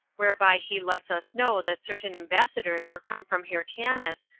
whereby he lets us know that certain ambassadors were come from hyrcanus,